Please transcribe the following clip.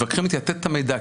מתווכחים איתי על לתת את המידע,